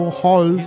hall